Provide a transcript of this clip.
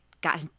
got